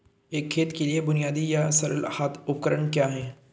एक खेत के लिए बुनियादी या सरल हाथ उपकरण क्या हैं?